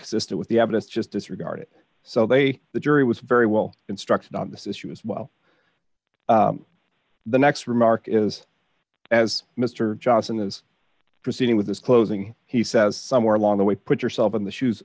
consistent with the evidence just disregard it so they the jury was very well instructed on this issue as well the next remark is as mr johnson is proceeding with this closing he says somewhere along the way put yourself in the shoes